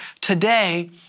today